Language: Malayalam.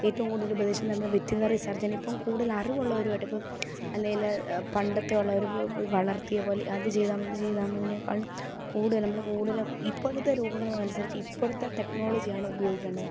ഏറ്റവും കൂടുതൽ ഉപദേശം തരുന്നത് വെറ്റിനറി സർജൻ ഇപ്പം കൂടുതലറിവുള്ളവരുവായിട്ട് ഇപ്പം അല്ലേല് പണ്ടത്തെ ഉള്ളവർ വളർത്തിയത് പോലെ അത് ചെയ്താൽ മതി ഇത് ചെയ്താൽ മതിനേക്കാളും കൂടുതല് നമ്മൾ കൂടുതലും ഇപ്പൊഴത്തെ രോഗങ്ങളനുസരിച്ച് ഇപ്പോഴത്തെ ടെക്നോളജിയാണ് ഉപയോഗിക്കേണ്ടത്